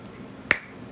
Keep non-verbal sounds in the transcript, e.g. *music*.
*noise*